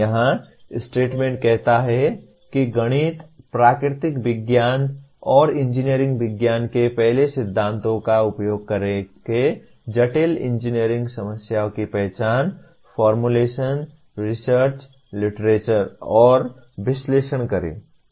यहां स्टेटमेंट कहता है कि गणित प्राकृतिक विज्ञान और इंजीनियरिंग विज्ञान के पहले सिद्धांतों का उपयोग करके जटिल इंजीनियरिंग समस्याओं की पहचान फार्मूलेशन रिसर्च लिटरेचर और विश्लेषण करें